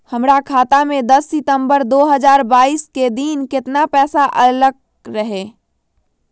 हमरा खाता में दस सितंबर दो हजार बाईस के दिन केतना पैसा अयलक रहे?